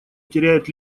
теряет